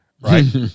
right